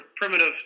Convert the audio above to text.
primitive